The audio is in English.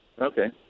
Okay